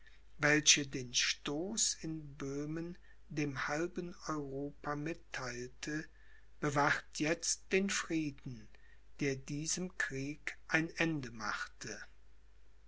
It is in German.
welche den stoß in böhmen dem halben europa mittheilte bewacht jetzt den frieden der diesem krieg ein ende machte